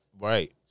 Right